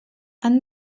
han